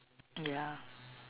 ya